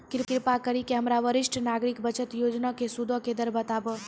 कृपा करि के हमरा वरिष्ठ नागरिक बचत योजना के सूदो के दर बताबो